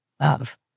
love